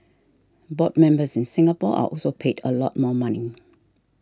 board members in Singapore are also paid a lot more money